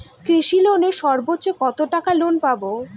কৃষি লোনে সর্বোচ্চ কত টাকা লোন পাবো?